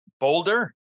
boulder